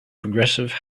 progressive